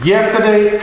Yesterday